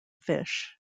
fish